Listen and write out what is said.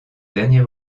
dernier